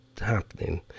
happening